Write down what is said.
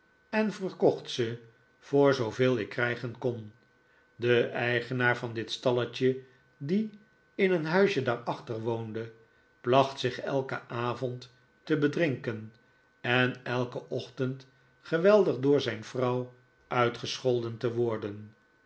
en verkocht ze voor zooveel ik krijgen kon de eigenaar van dit stalletje die in een huisje daarachter woonde placht zich elken avond te bedrinken en elken ochtend geweldig door zijn vrouw uitgescholden te worden